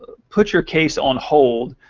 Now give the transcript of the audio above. ah put your case on hold.